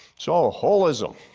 so ah holism.